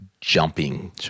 jumping